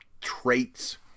traits